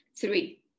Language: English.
Three